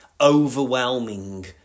overwhelming